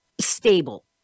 stable